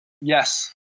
yes